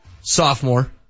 sophomore